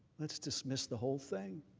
let's dismissed the whole thing.